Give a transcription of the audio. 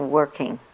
working